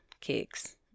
kicks